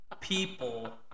people